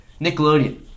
Nickelodeon